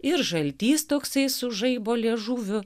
ir žaltys toksai su žaibo liežuviu